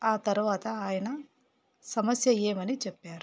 ఆ తరవాత ఆయన సమస్య ఏమని చెప్పారు